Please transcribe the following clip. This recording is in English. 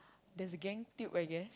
there's a gang tube I guess